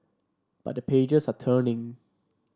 but the pages are turning